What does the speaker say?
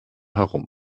herum